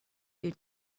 you